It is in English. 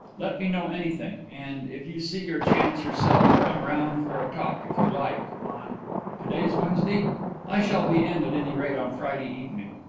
let me know anything, and, if you see your chance yourself, come round for a talk if you like on to-day's wednesday i shall be in at any rate on friday evening.